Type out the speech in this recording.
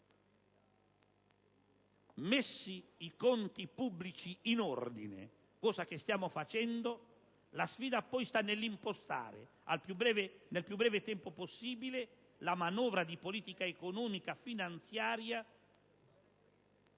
Messi i conti pubblici in ordine, cosa che stiamo facendo, la sfida poi sta nell'impostare nel più breve tempo possibile la manovra di politica economico-finanziaria